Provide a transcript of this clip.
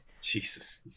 Jesus